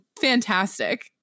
fantastic